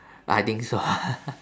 I think so